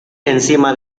encima